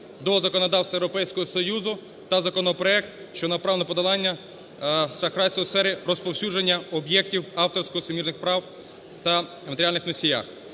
до законодавства Європейського Союзу та законопроект, що направлений на подолання шахрайства в сфері розповсюдження об'єктів авторсько-суміжних прав та… матеріальних носіях.